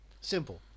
Simple